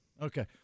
Okay